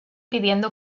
pidiendo